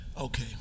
Okay